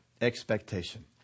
expectation